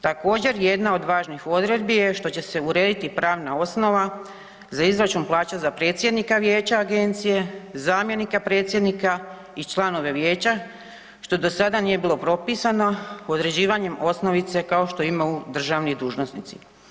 Također jedna od važnih odredbi je što će se urediti pravna osnova za izračun plaća za predsjednika vijeća agencije, zamjenika predsjednika i članove vijeća što do sada nije bilo propisano određivanjem osnovice kao što imaju državni dužnosnici.